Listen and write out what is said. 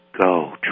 go